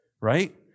right